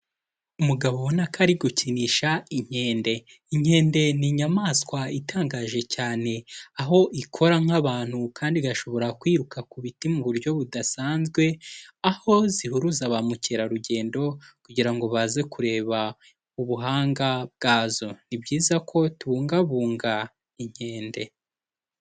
Umugabo ubona ko ari gukinisha inkende, inkende ni inyamaswa itangaje cyane, aho ikora nk'abantu kandi igashobora kwiruka ku biti mu buryo budasanzwe, aho zihuruza ba mukerarugendo kugira ngo baze kureba ubuhanga bwazo, ni byiza ko tubungabunga inkende.